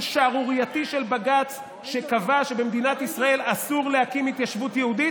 שערורייתי של בג"ץ שקבע שבמדינת ישראל אסור להקים התיישבות יהודית,